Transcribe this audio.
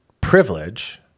privilege